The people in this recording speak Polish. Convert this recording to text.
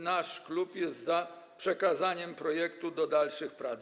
Nasz klub jest za przekazaniem projektu do dalszych prac.